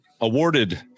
Awarded